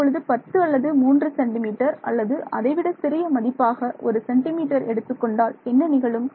இப்பொழுது பத்து அல்லது மூன்று சென்டிமீட்டர் அல்லது அதைவிட சிறிய மதிப்பாக ஒரு சென்டிமீட்டர் எடுத்துக்கொண்டால் என்ன நிகழும்